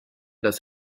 das